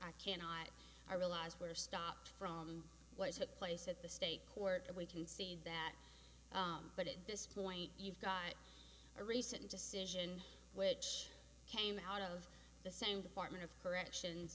i cannot i realize were stopped from what took place at the state court and we can see that but at this point you've got a recent decision which came out of the same department of correction